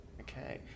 Okay